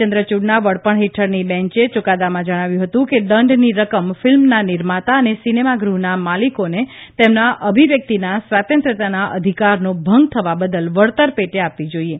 ચંદ્રચૂડના વડપણ હેઠળની બેન્ચે ચુકાદામાં જણાવ્યું હતું કે દંડની રકમ ફિલ્મના નિર્માતા અને સિનેમા ગૃહના માલિકોને તેમના અભિવ્યક્તિના સ્વાતંત્ર્યના અધિકારનો ભંગ થવા બદલ વળતર પેટે આપવી જોઇએ